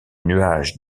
nuage